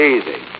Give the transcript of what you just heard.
Easy